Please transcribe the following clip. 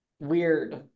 weird